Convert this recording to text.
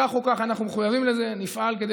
כך או כך אנחנו מחויבים לזה ונפעל כדי